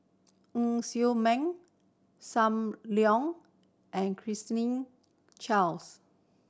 Ng Ser Miang Sam Leong and Claire's Ming Chaos